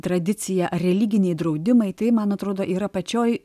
tradicija ar religiniai draudimai tai man atrodo yra pačioj